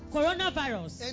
Coronavirus